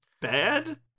bad